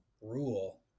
rule